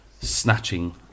snatching